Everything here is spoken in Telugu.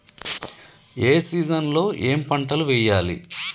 ఏ సీజన్ లో ఏం పంటలు వెయ్యాలి?